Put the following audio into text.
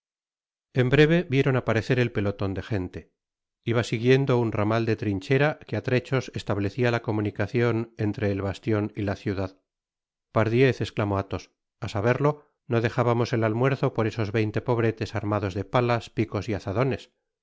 en breve vieron aparecer el peloton de gente iba siguiendo un ramal de trinchera que á trechos establecía la comunicacion entre el bastion y la ciudad pardiez esclamó athos á saberlo no dejábamos el almuerzo por esos veinte pobretes armados de palas picos y azadones